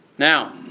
Now